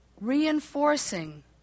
reinforcing